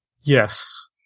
Yes